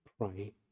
pray